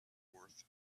worth